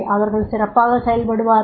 அவர்கள் சிறப்பாகச் செயல்படுவார்கள்